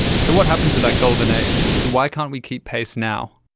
so what happened to that golden age, and why can't we keep pace now?